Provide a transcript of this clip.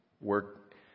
work